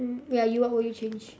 mm ya you what will you change